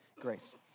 grace